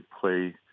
play